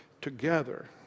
together